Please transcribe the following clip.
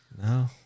No